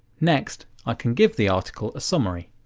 next, i can give the article a summary.